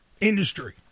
industry